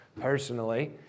personally